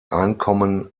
einkommen